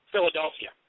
Philadelphia